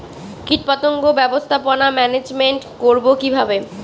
কীটপতঙ্গ ব্যবস্থাপনা ম্যানেজমেন্ট করব কিভাবে?